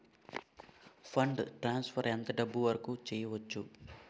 Fund transfer ఎంత డబ్బు వరుకు చేయవచ్చు?